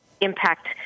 impact